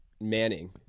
Manning